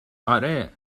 آره